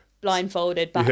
blindfolded